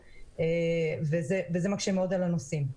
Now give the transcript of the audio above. וזה מקשה מאוד על הנוסעים.